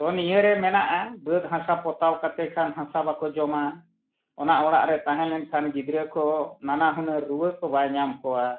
ᱛᱚ ᱱᱤᱭᱟᱹ ᱨᱮ ᱢᱮᱱᱟᱜᱼᱟ ᱵᱟᱹᱫᱽ ᱦᱟᱥᱟ ᱯᱚᱛᱟᱣ ᱠᱟᱛᱮᱫ ᱠᱷᱟᱱ ᱦᱟᱥᱟ ᱵᱟᱠᱚ ᱡᱚᱢᱟ ᱚᱱᱟ ᱚᱲᱟᱜ ᱨᱮ ᱛᱟᱦᱮᱸ ᱞᱮᱱᱠᱷᱟᱱ ᱜᱤᱫᱽᱨᱟᱹ ᱠᱚ ᱱᱟᱱᱟ ᱦᱩᱱᱟᱹᱨ ᱨᱩᱣᱟᱹ ᱠᱚ ᱵᱟᱭ ᱧᱟᱢ ᱠᱚᱣᱟ